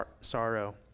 sorrow